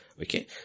okay